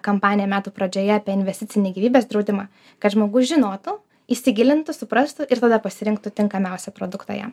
kampaniją metų pradžioje apie investicinį gyvybės draudimą kad žmogus žinotų įsigilintų suprastų ir tada pasirinktų tinkamiausią produktą jam